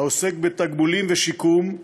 העוסק בתגמולים ושיקום,